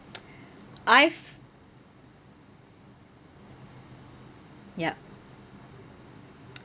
I've yup